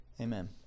Amen